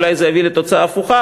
אולי זה יביא לתוצאה הפוכה,